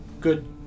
Good